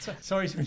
sorry